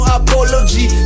apology